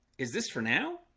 is this for now?